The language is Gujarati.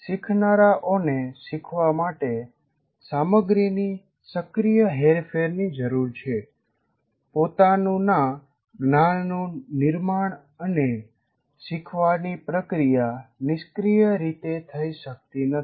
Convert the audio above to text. શીખનારાઓને શીખવા માટે સામગ્રીની સક્રિય હેરફેરની જરૂર છે પોતાનુના જ્ઞાનનું નિર્માણ અને શીખવાની પ્રકિયા નિષ્ક્રિય રીતે થઈ શકતી નથી